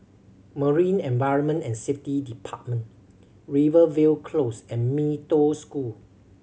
Marine Environment and Safety Department Rivervale Close and Mee Toh School